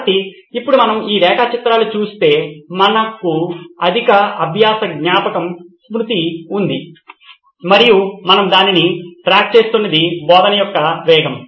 కాబట్టి ఇప్పుడు మనము ఈ రేఖా చిత్రాలు చూస్తే మనకు అధిక అభ్యాస జ్ఞాపకం స్మ్రుతి ఉంది మరియు మనం ట్రాక్ చేస్తున్నది బోధన యొక్క వేగం